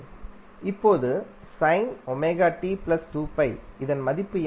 இப்போது இதன் மதிப்பு என்ன